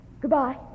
Goodbye